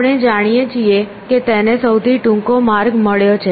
આપણે જાણીએ છીએ કે તેને સૌથી ટૂંકો માર્ગ મળ્યો છે